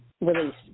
release